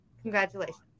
congratulations